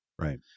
Right